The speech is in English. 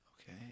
Okay